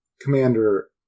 Commander